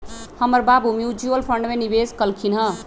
हमर बाबू mutual fund में निवेश कलखिंन्ह ह